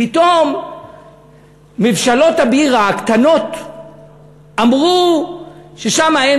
פתאום מבשלות הבירה הקטנות אמרו ששם אין